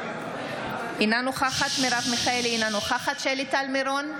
אינה נוכחת מרב מיכאלי, אינה נוכחת שלי טל מירון,